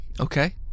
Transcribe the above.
Okay